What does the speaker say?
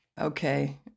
Okay